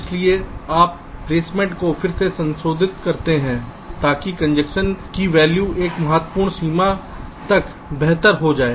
इसलिए आप प्लेसमेंट को फिर से संशोधित करते हैं ताकि कंजेशन मूल्य एक महत्वपूर्ण सीमा तक बेहतर हो जाए